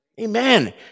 Amen